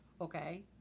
Okay